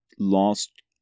Lost